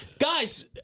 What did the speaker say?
guys